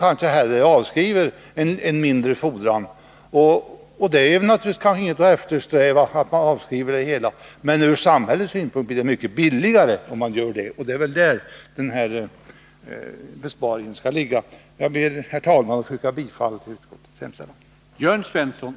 Att avskriva på det sättet är kanske ingenting att eftersträva, men ur samhällets synpunkt blir det mycket billigare om man gör så, och det är väl där besparingen kommer att ligga. Jag ber, herr talman, att få yrka bifall till utskottets hemställan.